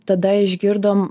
tada išgirdom